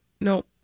no